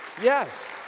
Yes